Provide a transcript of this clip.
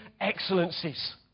excellencies